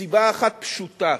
מסיבה אחת פשוטה,